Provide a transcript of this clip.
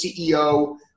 CEO